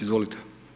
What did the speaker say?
Izvolite.